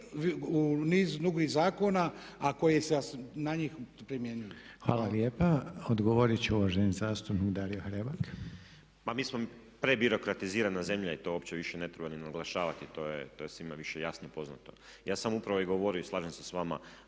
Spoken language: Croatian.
u niz drugih zakona a koji se na njih primjenjuju. **Reiner, Željko (HDZ)** Hvala lijepa. Odgovorit će uvaženi zastupnik Hrebak. **Hrebak, Dario (HSLS)** Pa mi smo prebirokratizirana zemlja i to uopće više ne treba ni naglašavati, to je svima više jasno i poznato. Ja sam upravo govorio i slažem se s vama